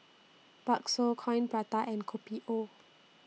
Bakso Coin Prata and Kopi O